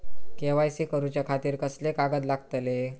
KYC करूच्या खातिर कसले कागद लागतले?